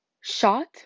shot